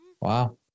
Wow